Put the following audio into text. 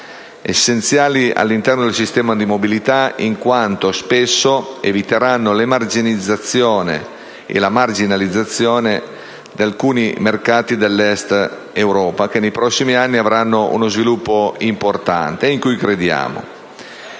essenziali all'interno del sistema di mobilità in quanto potranno evitare l'emarginazione e la marginalizzazione di alcuni mercati dell'Est Europa che nei prossimi anni vivranno uno sviluppo importante, in cui noi crediamo.